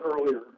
earlier